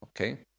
okay